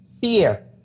fear